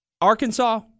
Arkansas